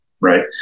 right